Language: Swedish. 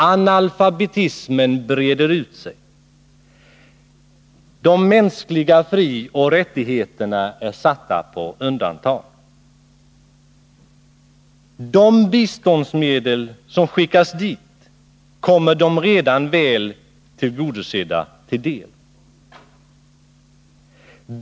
Analfabetismen breder ut sig, de mänskliga frioch rättigheterna är satta på undantag. De biståndsmedel som skickas dit kommer de redan väl tillgodosedda till del.